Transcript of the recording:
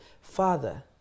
Father